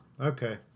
Okay